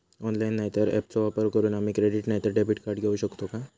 Online नाय तर ऍपचो वापर करून आम्ही क्रेडिट नाय तर डेबिट कार्ड घेऊ शकतो का?